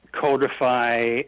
codify